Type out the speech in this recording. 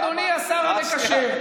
אדוני השר המקשר,